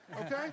okay